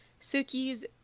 Suki's